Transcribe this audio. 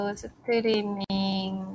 streaming